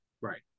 Right